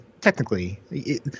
technically